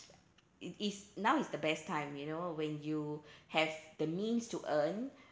it is now is the best time you know when you have the means to earn